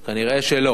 נראה שלא.